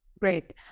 Great